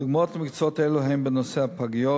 דוגמאות למקצועות האלה הן בתחום הפגיות,